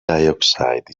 dioxide